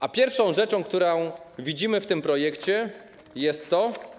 A pierwszą rzeczą, którą widzimy w tym projekcie, jest co?